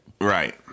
Right